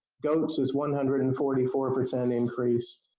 goats is one hundred and forty four percent increase.